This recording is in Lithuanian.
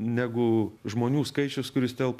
negu žmonių skaičius kuris telpa